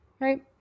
Right